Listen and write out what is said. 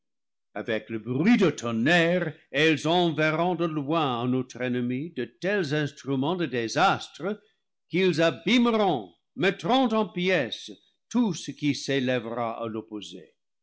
avec le bruit du ton nerre elles enverront de loin à notre ennemi de tels instru ments de désastre qu'ils abîmeront mettront en pièces tout ce qui s'élèvera à l'opposé